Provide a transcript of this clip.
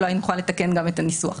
אולי נוכל לתקן גם את הניסוח.